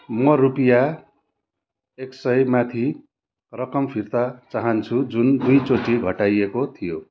म रुपियाँ एक सय माथि रकम फिर्ता चाहन्छु जुन दुईचोटि घटाइएको थियो